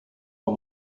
are